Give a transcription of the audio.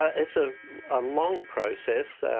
ah it's ah a long process,